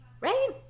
Right